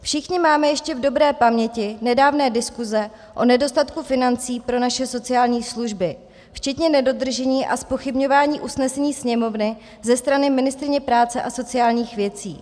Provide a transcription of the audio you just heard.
Všichni máme ještě v dobré paměti nedávné diskuze o nedostatku financí pro naše sociální služby, včetně nedodržení a zpochybňování usnesení Sněmovny ze strany ministryně práce a sociálních věcí.